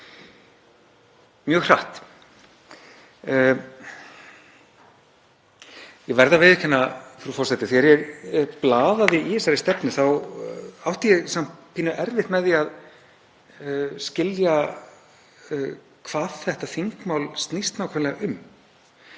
mjög hratt. Ég verð að viðurkenna, frú forseti, að þegar ég blaðaði í þessari stefnu átti ég samt pínu erfitt með að skilja hvað þetta þingmál snýst nákvæmlega um